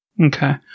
Okay